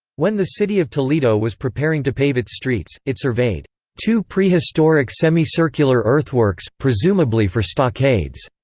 when the city of toledo was preparing to pave its streets, it surveyed two prehistoric semicircular earthworks, presumably for stockades.